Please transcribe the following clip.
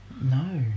No